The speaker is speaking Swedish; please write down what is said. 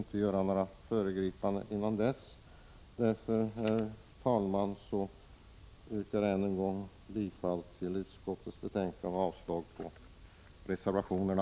Herr talman! Jag yrkar bifall till hemställan i utskottets betänkande och avslag på reservationerna.